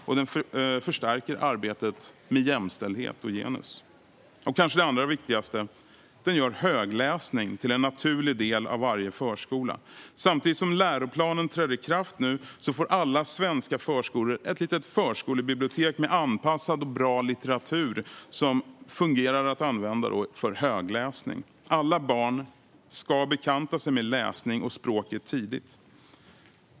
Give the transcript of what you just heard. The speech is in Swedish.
Och den förstärker arbetet med jämställdhet och genus. Det kanske allra viktigaste är att den gör högläsning till en naturlig del av varje förskola. Samtidigt som läroplanen träder i kraft får alla svenska förskolor ett litet förskolebibliotek med anpassad och bra litteratur som fungerar att använda för högläsning. Alla barn ska bekanta sig med läsning och språket tidigt.